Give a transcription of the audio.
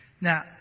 Now